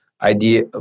idea